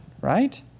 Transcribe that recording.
right